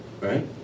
right